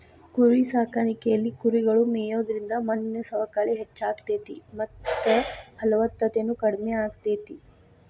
ಕುರಿಸಾಕಾಣಿಕೆಯಲ್ಲಿ ಕುರಿಗಳು ಮೇಯೋದ್ರಿಂದ ಮಣ್ಣಿನ ಸವಕಳಿ ಹೆಚ್ಚಾಗ್ತೇತಿ ಮತ್ತ ಫಲವತ್ತತೆನು ಕಡಿಮೆ ಆಗ್ತೇತಿ